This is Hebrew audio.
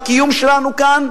לקיום שלנו כאן,